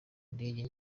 indege